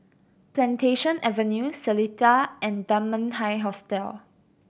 Plantation Avenue Seletar and Dunman High Hostel